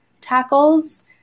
tackles